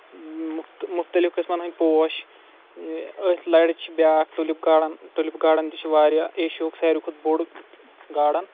مُختلِف قٕسمَن ہٕنٛدۍ پوش أتھۍ لَرِ چھِ بیاکھ ٹوٗلِپ گاڈَن ٹوٗلِپ گاڈَن تہِ چھِ واریاہ ایشوُک ساروی کھۄتہٕ بوٚڑ گاڈَن